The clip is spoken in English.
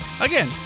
Again